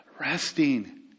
Resting